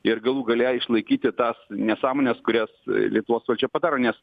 ir galų gale išlaikyti tas nesąmones kurias lietuvos valdžia padaro nes